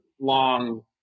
long